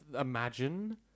imagine